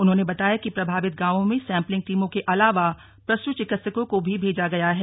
उन्होंने बताया कि प्रभावित गांवों में सैंपलिंग टीमों के अलावा पशु चिकित्सकों को भी भेजा गया है